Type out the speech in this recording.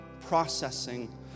processing